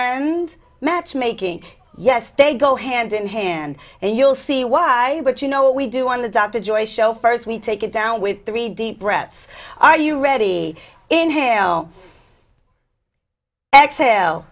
and matchmaking yes they go hand in hand and you'll see why but you know what we do on the dr joy show first we take it down with three deep breaths are you ready inhale